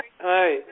Hi